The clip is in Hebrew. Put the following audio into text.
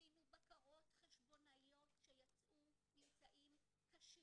עשינו בקרות חשבונאיות ויצאו ממצאים קשים.